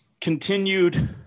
continued